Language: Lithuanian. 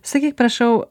sakyk prašau